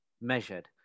measured